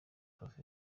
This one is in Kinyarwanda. prof